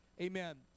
Amen